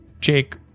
Jake